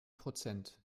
prozent